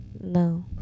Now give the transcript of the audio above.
No